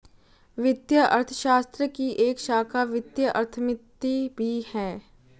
वित्तीय अर्थशास्त्र की एक शाखा वित्तीय अर्थमिति भी है